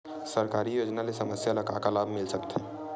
सरकारी योजना ले समस्या ल का का लाभ मिल सकते?